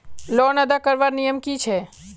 Loan अदा करवार नियम की छे?